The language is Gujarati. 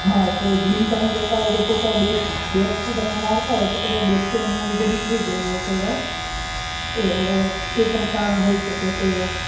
હા તો જિમ તમે જતાં હોય તો કોઈક વાર બેક બેક તમે મારતા હોવ છો કદાચ બકપેઇન એના લીધે બી થઈ ગયું હોય કોઈ વાર તો એ પણ કારણ હોય શકે કોઈ વાર